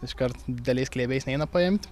iškart dideliais glėbiais neina paimti